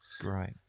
Great